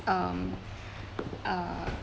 um uh